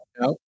no